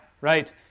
Right